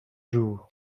jour